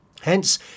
Hence